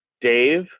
Dave